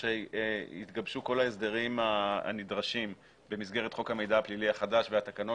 וכשיתגבשו כל ההסדרים הנדרשים במסגרת חוק המידע הפלילי החדש והתקנות